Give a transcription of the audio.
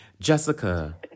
Jessica